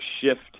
shift